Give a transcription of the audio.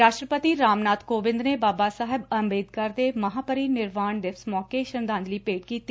ਰਾਸ਼ਟਰਪਤੀ ਰਾਮ ਨਾਥ ਕੋਵੰਦ ਨੇ ਬਾਬਾ ਸਾਹਿਬ ਅੰਬੇਦਕਰ ਦੇ ਮਹਾਂਪਰਿਨਿਰਵਾਣ ਦਿਵਸ ਮੌਕੇ ਸ਼ਰਧਾਂਜਲੀ ਭੇਂਟ ਕੀਤੀ